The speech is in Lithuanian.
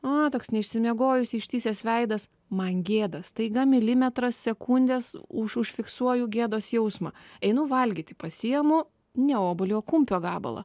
a toks neišsimiegojusi ištįsęs veidas man gėda staiga milimetras sekundės užfiksuoju gėdos jausmą einu valgyti pasiimu ne obuolį o kumpio gabalą